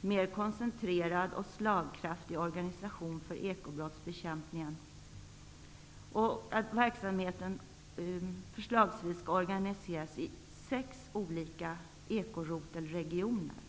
mera koncentrerad och slagkraftig organisation för ekobrottsbekämpningen och att verksamheten förslagsvis skall organiseras i sex olika ekorotelregioner.